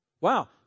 Wow